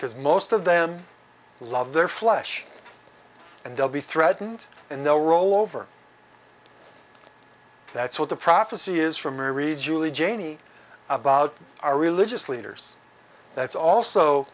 because most of them love their flesh and they'll be threatened and they'll roll over that's what the prophecy is for mary julie janie about our religious leaders that's also